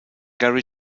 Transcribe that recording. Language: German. gary